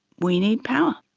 we need power.